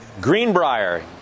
Greenbrier